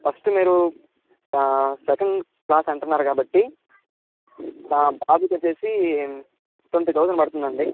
first మీరు second class అంటున్నారు కాబట్టి బాబుకి వచ్చేసి ట్వంటీ థౌజండ్ పడుతుంది అండి